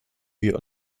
wir